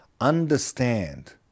understand